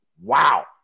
Wow